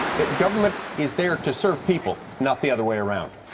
that government is there to serve people. not the other way around.